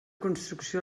construcció